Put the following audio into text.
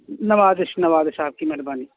نوازش نوازش آپ کی مہربانی